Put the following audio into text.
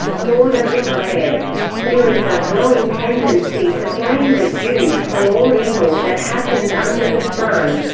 lauder declared there is a growing tendency to blame the jews for all evil that happens under the sun.